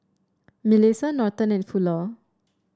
Milissa Norton and Fuller